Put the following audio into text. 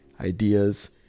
ideas